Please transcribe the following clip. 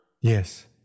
Yes